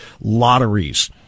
lotteries